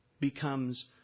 becomes